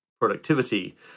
productivity